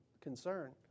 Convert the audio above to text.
concern